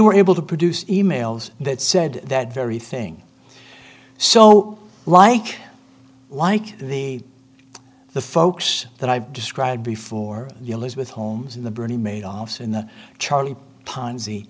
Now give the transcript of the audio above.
were able to produce e mails that said that very thing so like like the the folks that i've described before the elizabeth homes in the bernie made office in the charlie ponzi